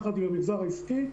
יחד עם המגזר העסקי,